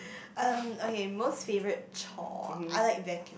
um okay most favourite chore I like vacuum